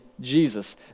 Jesus